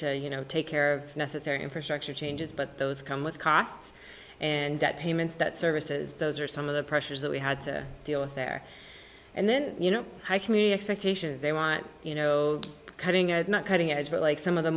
that you know take care of necessary infrastructure changes but those come with costs and debt payments that services those are some of the pressures that we had to deal with there and then you know high community expectations they want you know cutting or not edge but like some of the